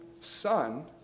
son